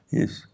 Yes